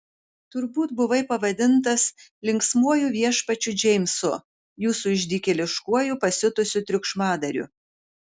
turbūt buvai pavadintas linksmuoju viešpačiu džeimsu jūsų išdykėliškuoju pasiutusiu triukšmadariu